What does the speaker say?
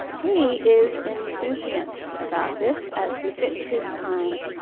he is insouciant about this, as befits his kind.